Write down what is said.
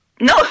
No